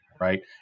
right